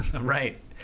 Right